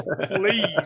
please